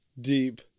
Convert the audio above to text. Deep